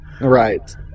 Right